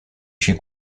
się